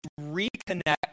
reconnect